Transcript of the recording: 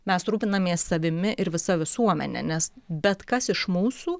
mes rūpinamės savimi ir visa visuomene nes bet kas iš mūsų